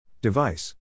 Device